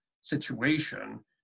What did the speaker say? situation